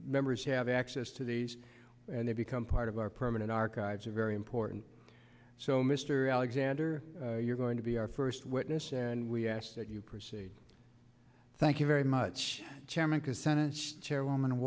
members have access to these and they become part of our permanent archives a very important so mr alexander you're going to be our first witness and we ask that you proceed thank you very much chair